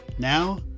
Now